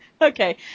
Okay